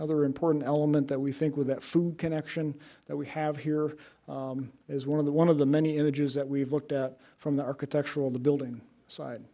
another important element that we think with that food connection that we have here is one of the one of the many images that we've looked at from the architectural building side